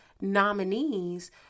nominees